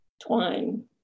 twine